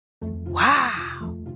Wow